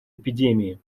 эпидемии